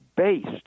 based